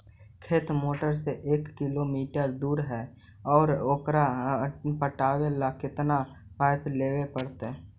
खेत मोटर से एक किलोमीटर दूर है ओकर पटाबे ल केतना पाइप लेबे पड़तै?